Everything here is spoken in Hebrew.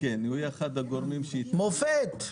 מופת.